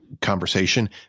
conversation